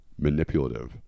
manipulative